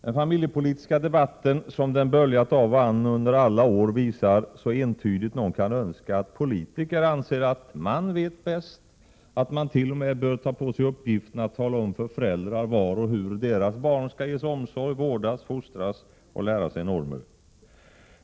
Den familjepolitiska debatten, som den böljat av och an under alla år, visar så entydigt någon kan önska att politiker anser att man vet bäst, och att man t.o.m. bör ta på sig uppgiften att tala om för föräldrar var och hur deras barn skall ges omsorg, vårdas, fostras och lära sig normer.